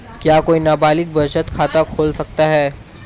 क्या कोई नाबालिग बचत खाता खोल सकता है?